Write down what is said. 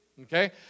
Okay